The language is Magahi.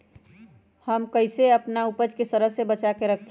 हम कईसे अपना उपज के सरद से बचा के रखी?